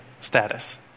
status